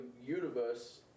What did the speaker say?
universe